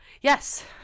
Yes